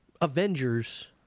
avengers